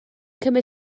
cymryd